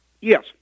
Yes